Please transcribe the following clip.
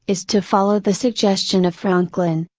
is to follow the suggestion of franklin,